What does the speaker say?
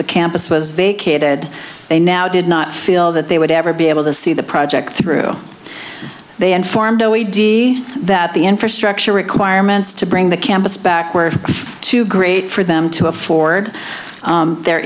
the campus was vacated they now did not feel that they would ever be able to see the project through they informed o e d that the infrastructure requirements to bring the campus back were too great for them to afford there